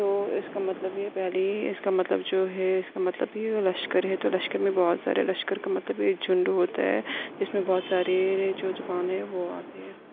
تو اس کا مطلب یہ ہے پہلی ہی اس کا مطلب جو ہے اس کا مطلب بھی لشکر ہے تو لشکر میں بہت سارے لشکر کا مطلب ایک جھنڈ ہوتا ہے اس میں بہت سارے جو زبانیں وہ آتی ہیں